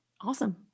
Awesome